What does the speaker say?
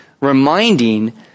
reminding